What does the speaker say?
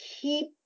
keep